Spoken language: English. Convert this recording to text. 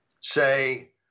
say